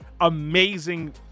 amazing